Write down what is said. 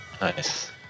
nice